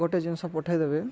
ଗୋଟେ ଜିନିଷ ପଠାଇ ଦେବେ